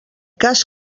cas